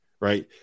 right